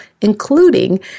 including